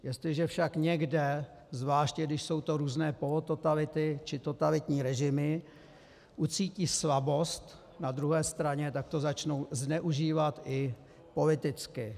Jestliže však někde, zvláště když jsou to různé polototality či totalitní režimy, ucítí slabost na druhé straně, tak to začnou zneužívat i politicky.